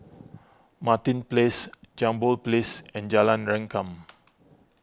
Martin Place Jambol Place and Jalan Rengkam